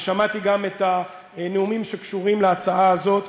ושמעתי גם את הנאומים שקשורים להצעה הזאת,